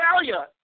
Australia